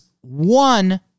one